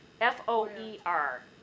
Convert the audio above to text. F-O-E-R